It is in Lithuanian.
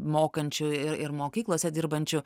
mokančių ir ir mokyklose dirbančių